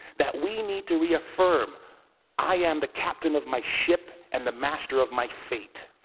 that we need to reaffirm i am the captain of my ship and the master of my fate!